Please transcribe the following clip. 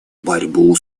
борьбу